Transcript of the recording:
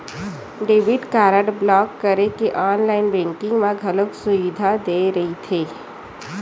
debit card block करे के online banking म घलो सुबिधा दे रहिथे